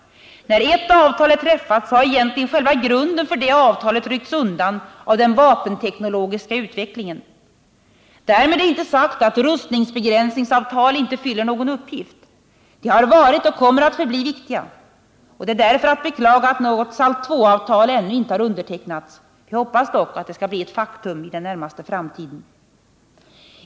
När ett avtal är träffat har egentligen själva grunden för det avtalet ryckts undan av den vapenteknologiska utvecklingen. Därmed är inte sagt att rustningsbegränsningsavtal inte fyller någon uppgift. De har varit och kommer att förbli viktiga. Det är därför att beklaga att något SALT II-avtal ännu inte undertecknats. Vi hoppas dock att detta skall bli ett faktum inom den närmaste framtiden.